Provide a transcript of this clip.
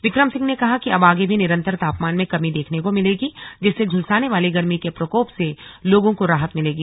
बिक्रम सिंह ने कहा कि अब आगे भी निरन्तर तापमान में कमी देखने को मिलेगी जिससे झुलसाने वाले गर्मी के प्रकोप से लोगो को राहत मिलेगी